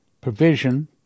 provision